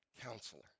counselor